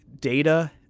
data